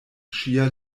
ŝia